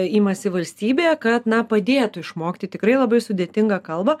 imasi valstybė kad na padėtų išmokti tikrai labai sudėtingą kalbą